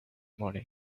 morning